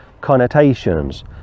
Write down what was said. connotations